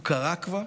הוא קרה כבר,